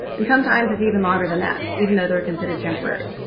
and sometimes it's even longer than that, even though they're considered temporary.